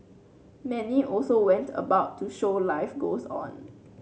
many also went about to show life goes on